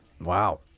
Wow